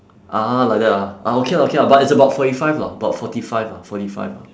ah like that ah ah okay lah okay lah but it's about forty five lah about forty five ah forty five